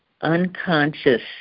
unconscious